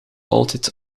altijd